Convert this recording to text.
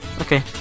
Okay